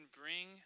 bring